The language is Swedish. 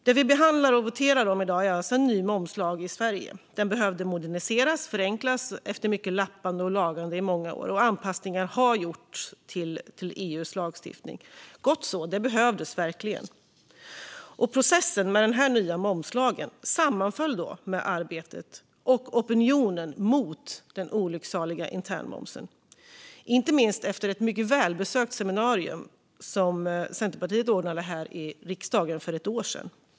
Det vi behandlar och voterar om i dag är alltså en ny momslag i Sverige. Lagen behövde moderniseras och förenklas efter mycket lappande och lagande i många år. Anpassningar har gjorts till EU:s lagstiftning. Gott så - det behövdes verkligen. Processen med den nya momslagen sammanföll med arbetet och opinionen mot den olycksaliga internmomsen, inte minst efter ett mycket välbesökt seminarium som Centerpartiet ordnade här i riksdagen för ett år sedan.